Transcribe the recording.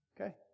Okay